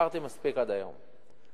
סיפרתי מספיק עד היום.